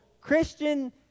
Christian